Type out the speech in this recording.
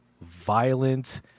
violent